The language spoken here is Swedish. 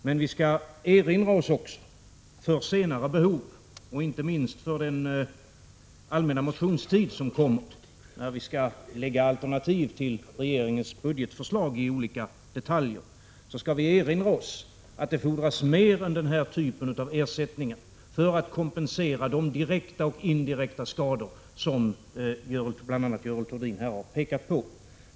Men vi skall också erinra oss — för senare behov, inte minst för den allmänna motionstid som kommer, när vi skall lägga fram alternativ till regeringens budgetförslag i olika detaljer — att det fordras mer än den här typen av ersättning för att kompensera de direkta och indirekta skador som bl.a. Görel Thurdin här har pekat på.